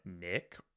Nick